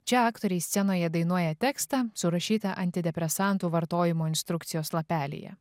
čia aktoriai scenoje dainuoja tekstą surašytą antidepresantų vartojimo instrukcijos lapelyje